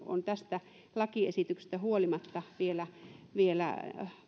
on tästä lakiesityksestä huolimatta vielä vielä